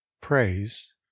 Praise